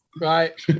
Right